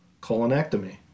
colonectomy